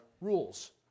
rules